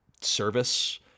service